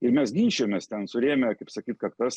ir mes ginčijomės ten surėmę kaip sakyt kaktas